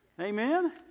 Amen